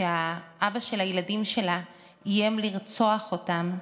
כשהאבא של הילדים שלה איים לרצוח אותם,